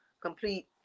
complete